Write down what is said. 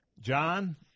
John